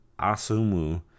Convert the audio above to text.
Asumu